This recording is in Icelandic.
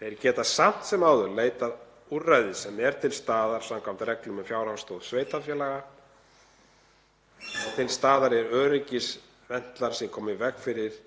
Þeir geta samt sem áður leitað í úrræði sem er til staðar samkvæmt reglum um fjárhagsaðstoð sveitarfélaga og það eru til staðar öryggisventlar sem koma í veg fyrir